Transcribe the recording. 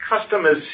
customers